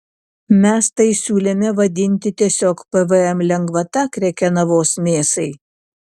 mes tai siūlėme vadinti tiesiog pvm lengvata krekenavos mėsai